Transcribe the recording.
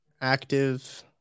active